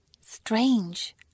Strange